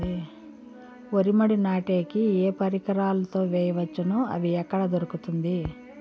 వరి మడి నాటే కి ఏ పరికరాలు తో వేయవచ్చును అవి ఎక్కడ దొరుకుతుంది?